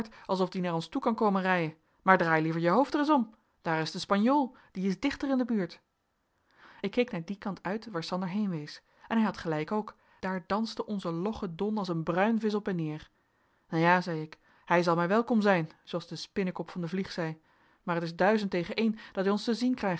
alsof die naar ons toe kan komen rijen maar draai liever je hoofd ereis om daar is de spanjool die is dichter in de buurt ik keek naar dien kant uit waar sander heen wees en hij had gelijk ook daar danste onze logge don als een bruinvisch op en neer ja zei ik hij zal mij welkom zijn zooals de spinnekop van de vlieg zei maar t is duizend tegen een dat hij ons te zien krijgt